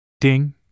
Ding